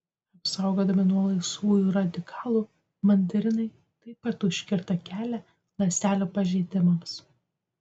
apsaugodami nuo laisvųjų radikalų mandarinai taip pat užkerta kelią ląstelių pažeidimams